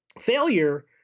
failure